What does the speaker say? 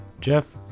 jeff